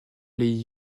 les